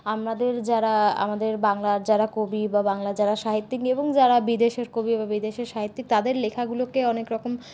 আমাদের যারা আমাদের বাংলার যারা কবি বা বাংলার যারা সাহিত্যিক এবং যারা বিদেশের কবি বা বিদেশের সাহিত্যিক তাদের লেখাগুলিকে অনেকরকম